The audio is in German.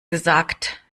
gesagt